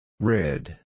Red